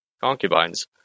concubines